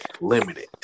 limited